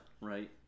right